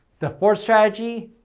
the fourth strategy,